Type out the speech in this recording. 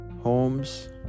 homes